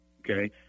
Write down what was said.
Okay